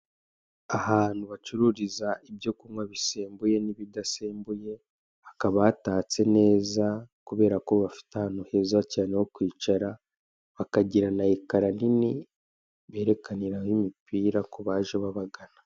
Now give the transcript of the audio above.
Ahantu bacuruza ibyo kunywa bisembuye n'ibidasembuye, hakaba hatatse neza kubera ko bafite ahantu heza cyane ho kwicara, bakagira na ekara nini berekaniraho imipira ku baje babagana.